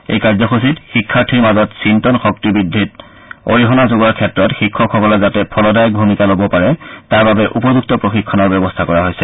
এই কাৰ্যসূচীত শিক্ষাৰ্থীৰ মাজত চিন্তন শক্তিবৃদ্ধিত অৰিহণা যোগোৱাৰ ক্ষেত্ৰত শিক্ষকসকলে যাতে ফলদায়ক ভূমিকা ল'ব পাৰে তাৰবাবে উপযুক্ত প্ৰশিক্ষণৰ ব্যৱস্থা কৰা হৈছে